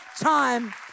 time